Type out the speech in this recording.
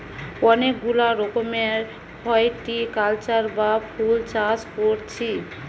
অনেক গুলা রকমের হরটিকালচার বা ফুল চাষ কোরছি